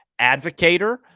advocator